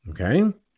okay